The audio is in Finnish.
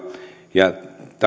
ja